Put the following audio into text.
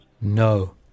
No